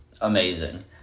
amazing